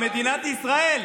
למדינת ישראל,